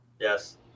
Yes